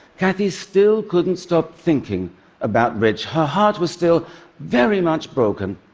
kathy still couldn't stop thinking about rich. her heart was still very much broken.